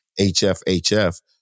HFHF